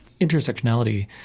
intersectionality